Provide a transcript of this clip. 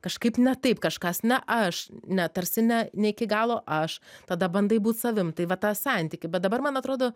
kažkaip ne taip kažkas ne aš ne tarsi ne ne iki galo aš tada bandai būt savim tai va tą santykį bet dabar man atrodo